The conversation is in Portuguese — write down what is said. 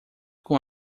com